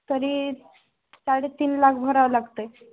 तरी साडे तीन लाख भरावं लागत आहे